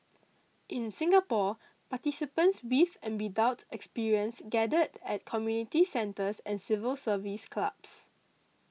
in Singapore participants with and without experience gathered at community centres and civil service clubs